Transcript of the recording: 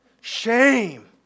Shame